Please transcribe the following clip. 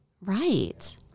Right